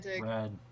Red